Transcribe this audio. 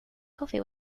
coffee